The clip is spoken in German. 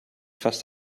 fast